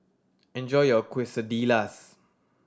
enjoy your Quesadillas